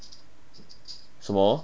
什么